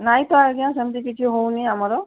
ନାହିଁ ତ ଆଜ୍ଞା ସେମିତି କିଛି ହେଉନି ଆମର